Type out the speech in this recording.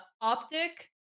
Optic